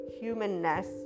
humanness